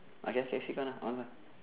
I guess that's it K lah on lah